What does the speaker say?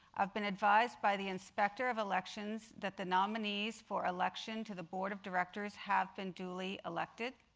i've been advised by the inspector of elections that the nominees for election to the board of directors have been duly elected.